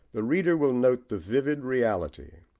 the reader will note the vivid reality,